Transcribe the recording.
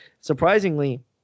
surprisingly